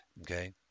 Okay